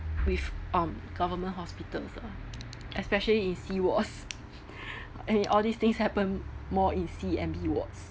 with um government hospitals ah especially in and all these things happen more in C_M_E wards